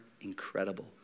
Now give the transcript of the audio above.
incredible